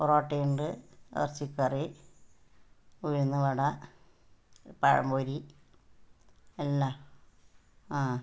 പൊറോട്ട ഉണ്ട് ഇറച്ചികറി ഉഴുന്നുവട പഴംപൊരി എല്ലാം ആ